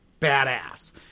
badass